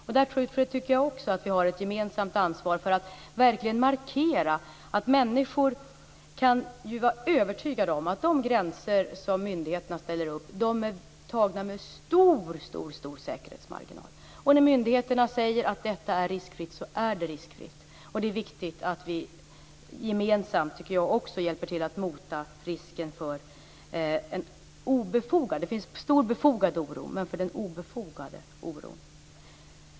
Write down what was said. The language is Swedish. Jag tycker att vi har ett gemensamt ansvar för att verkligen markera att människor kan vara övertygade om att de gränser som myndigheterna ställer upp är satta med stor säkerhetsmarginal. Och när myndigheterna säger att detta är riskfritt så är det riskfritt. Det är viktigt att vi gemensamt hjälper till att förhindra risken för en obefogad oro. Det finns naturligtvis stor befogad oro.